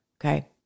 Okay